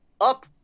up